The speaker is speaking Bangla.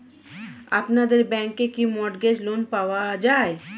আপনাদের ব্যাংকে কি মর্টগেজ লোন পাওয়া যায়?